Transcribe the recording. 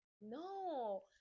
No